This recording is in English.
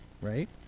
right